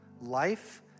life